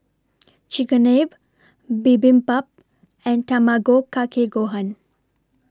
Chigenabe Bibimbap and Tamago Kake Gohan